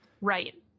Right